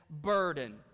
burden